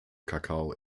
kakao